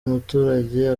muturage